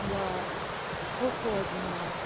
یا کھو کھووَس گِنٛدان